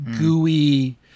gooey